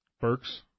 Burks